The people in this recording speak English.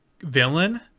villain